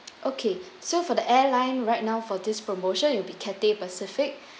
okay so for the airline right now for this promotion it will be Cathay Pacific